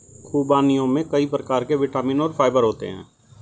ख़ुबानियों में कई प्रकार के विटामिन और फाइबर होते हैं